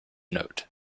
note